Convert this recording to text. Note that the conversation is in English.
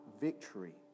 victory